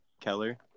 Keller